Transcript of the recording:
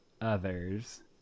others